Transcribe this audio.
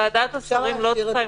ועדת השרים לא צריכה,